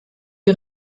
die